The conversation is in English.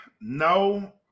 No